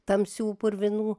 tamsių purvinų